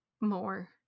more